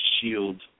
shield